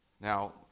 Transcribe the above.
Now